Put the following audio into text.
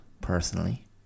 personally